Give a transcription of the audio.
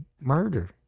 murder